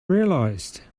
realized